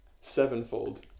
sevenfold